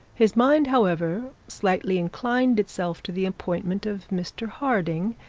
his mind, however, slightly inclined itself to the appointment of mr harding,